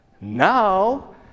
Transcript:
Now